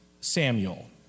Samuel